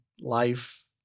life